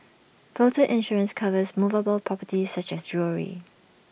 floater insurance covers movable properties such as jewellery